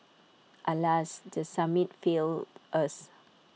alas the summit failed us